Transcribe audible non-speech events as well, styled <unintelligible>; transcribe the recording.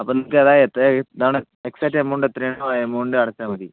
അപ്പം നിങ്ങൾക്കേതാണ് <unintelligible> ഏതാണ് exact amount എത്രയാണോ ആ എമൗണ്ട് അടച്ചാൽ മതി